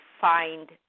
find